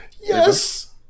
yes